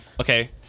Okay